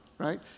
right